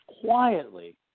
quietly